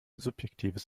subjektives